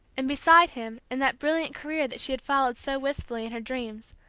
and beside him in that brilliant career that she had followed so wistfully in her dreams,